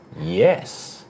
Yes